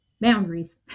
boundaries